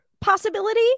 possibility